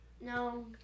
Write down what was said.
No